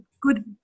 good